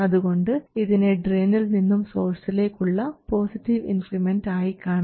അതുകൊണ്ട് ഇതിനെ ഡ്രയിനിൽ നിന്നും സോഴ്സിലേക്ക് ഉള്ള പോസിറ്റീവ് ഇൻക്രിമെൻറ് ആയി കാണാം